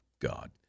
God